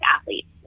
athletes